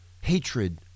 hatred